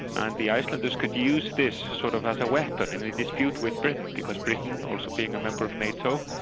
and the icelanders could use this sort of as a weapon, in a dispute with britain, because britain, also being a member of nato,